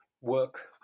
work